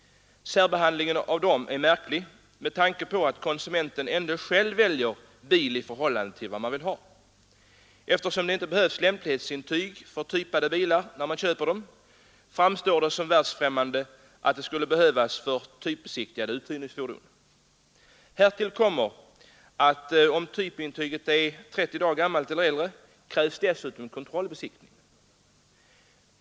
Särbehandlingen av dem är märklig med tanke på att konsumenten ändå själv väljer bil i förhållande till vad han vill ha. Eftersom det inte behövs lämplighetsintyg för typade bilar när man köper dem, framstår det som världsfrämmande att det skulle behövas för typbesiktigade uthyrningsfordon. Härtill kommer att om typintyget är 30 dagar gammalt eller äldre krävs dessutom kontrollbesiktning.